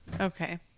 Okay